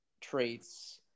traits